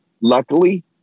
luckily